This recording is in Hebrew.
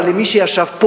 אבל למי שישב פה,